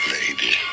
Lady